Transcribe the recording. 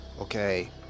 okay